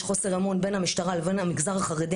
יש חוסר אמון בין המשטרה לבין המגזר החרדי,